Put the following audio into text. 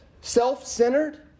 Self-centered